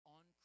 On